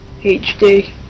HD